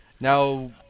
Now